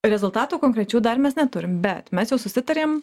rezultatų konkrečių dar mes neturim bet mes jau susitarėm